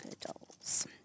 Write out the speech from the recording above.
dolls